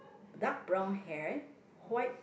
dark brown hair white